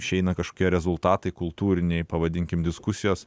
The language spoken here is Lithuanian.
išeina kažkokie rezultatai kultūriniai pavadinkim diskusijos